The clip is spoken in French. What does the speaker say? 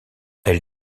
elle